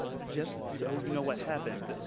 just so you know what happens,